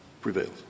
prevails